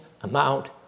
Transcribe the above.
amount